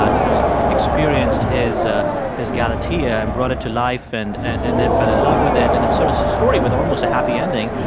ah you know, experienced his ah his galatea and brought it to life and and and then fell in love with it and it's sort of so a story with almost a happy ending,